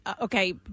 okay